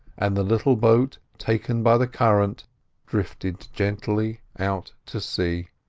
and the little boat taken by the current drifted gently out to sea.